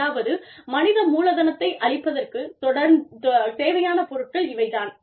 அதாவது மனித மூலதனத்தை அளிப்பதற்குத் தேவையான பொருட்கள் இவை தான்